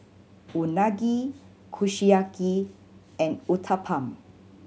Unagi Kushiyaki and Uthapam